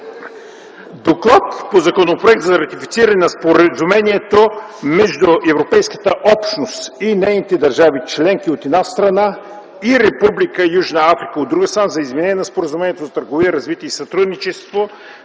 – т. 6 Законопроект за ратифициране на Споразумението между Европейската общност и нейните държави членки, от една страна, и Република Южна Африка, от друга страна, за изменение на Споразумението за търговия, развитие и сътрудничество